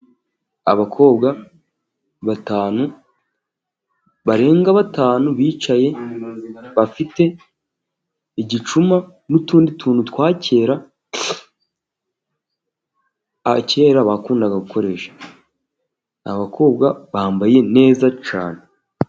Abakobwa batanu, barenga batanu bicaye bafite igicuma n'utundi tuntu twa kera, twa kera bakundaga gukoresha, ni abakobwa bambaye neza cyane.